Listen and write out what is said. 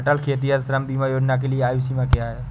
अटल खेतिहर श्रम बीमा योजना के लिए आयु सीमा क्या है?